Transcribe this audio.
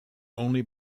only